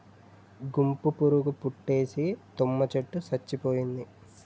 గుంపు పురుగు పట్టేసి తుమ్మ చెట్టు సచ్చిపోయింది